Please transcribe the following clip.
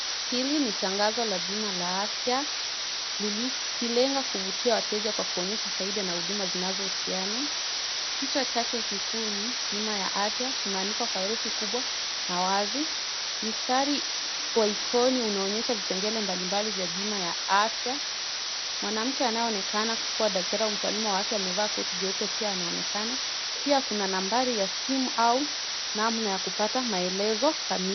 Hili ni tangazo la bima la afya likilenga kuvutia wateja kwa kuonyesha faida na huduma zinazohusiana. Kichwa chake kikuu ni bima ya afya. Kimeandikwa kwa herufi kubwa na wazi. Mstari wa ikoni unaonyesha vipengele mbalimbali vya bima ya afya. Mwanamke anayeonekana kuwa daktari au mtaalamu wa afya amevaa koti jeupe pia anaonekana. Pia kuna nambari ya simu au namna ya kupata maelezo kamili.